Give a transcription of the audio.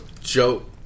joke